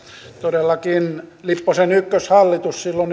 todellakin lipposen ykköshallitus silloin